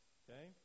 okay